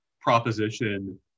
proposition